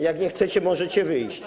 Jak nie chcecie, możecie wyjść.